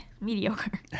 mediocre